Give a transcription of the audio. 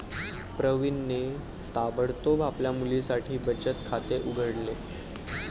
प्रवीणने ताबडतोब आपल्या मुलीसाठी बचत खाते उघडले